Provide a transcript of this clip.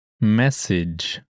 Message